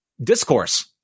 discourse